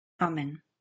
Amen